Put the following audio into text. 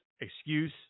excuse